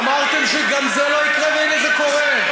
אמרתם שגם זה לא יקרה, והנה, זה קורה.